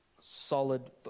solid